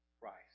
Christ